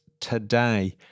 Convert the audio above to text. today